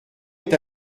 est